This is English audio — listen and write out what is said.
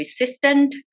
resistant